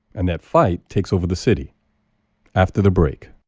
and that fight takes over the city after the break